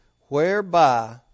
whereby